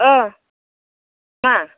औ मा